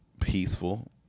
peaceful